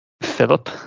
Philip